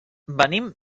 venim